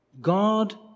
God